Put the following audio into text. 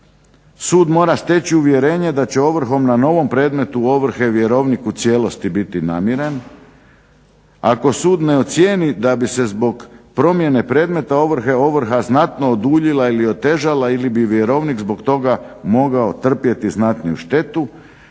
Sud mora steći uvjerenje da će ovrhom na novom predmetu ovrhe vjerovnik u cijelosti biti namiren. Ako sud ne ocijeni da bi se zbog promjene predmeta ovrhe ovrha znatno oduljila ili otežala ili bi vjerovnik zbog toga mogao trpjeti znatniju štetu